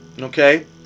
Okay